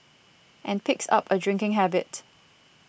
and picks up a drinking habit